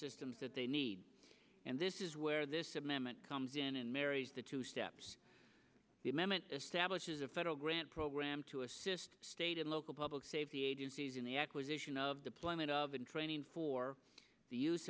systems that they need and this is where this amendment comes in and marries the two steps the amendment establishes a federal grant program to assist state and local public safety agencies in the acquisition of deployment of in training for the use